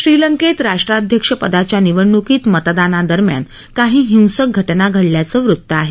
श्रीलंकेत राष्ट्राध्यक्षपदाच्या निवडणुकीत मतदाना दरम्यान काही हिंसक घटना घडल्याचं वृत्त आहे